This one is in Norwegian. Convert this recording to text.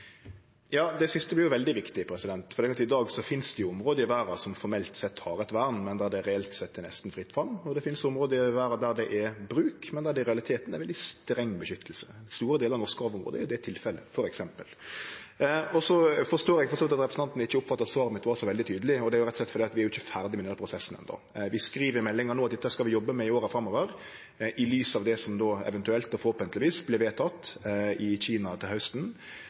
Ja, det siste vert veldig viktig, for i dag finst det område i verda som formelt sett har eit vern, men der det reelt sett er nesten fritt fram. Og det finst område i verda der det er bruk, men der det i realiteten er veldig streng beskyttelse. I store delar av Norskehav-området er det tilfellet, f.eks. Så forstår eg for så vidt at representanten ikkje oppfatta svaret mitt som veldig tydeleg. Det er rett og slett fordi vi ikkje er ferdige med den prosessen enno. Vi skriv i meldinga at vi skal jobbe med dette i åra framover i lys av det som eventuelt og forhåpentlegvis vert vedteke i Kina til hausten.